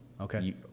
Okay